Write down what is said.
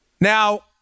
Now